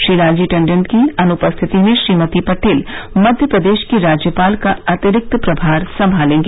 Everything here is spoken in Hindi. श्री लाल जी टंडन की अनुपस्थिति में श्रीमती पटेल मध्य प्रदेश की राज्यपाल का अतिरिक्त प्रभार संभालेंगी